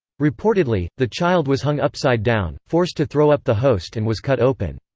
reportedly, the child was hung upside down, forced to throw up the host and was cut open.